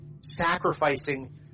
sacrificing